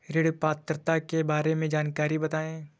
ऋण पात्रता के बारे में जानकारी बताएँ?